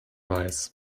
weiß